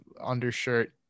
undershirt